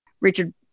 Richard